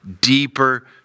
deeper